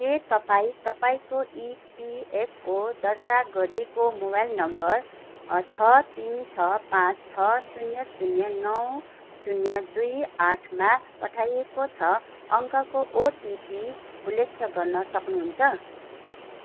के तपाईँँ तपाईँँको इपिएफओ दर्ता गरिएको मोबाइल नम्बर छ तिन छ पाँच छ शून्य शून्य नौ शून्य दुई आठमा पठाइएको छ अङ्कको ओटिपी उल्लेख गर्न सक्नुहुन्छ